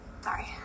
Sorry